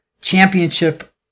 championship